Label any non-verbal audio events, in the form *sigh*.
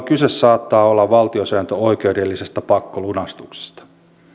*unintelligible* kyse saattaa olla valtiosääntöoikeudellisesta pakkolunastuksesta